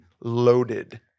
loaded